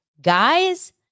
Guys